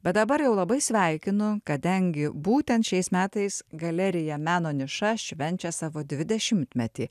bet dabar jau labai sveikinu kadangi būtent šiais metais galerija meno niša švenčia savo dvidešimtmetį